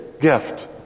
gift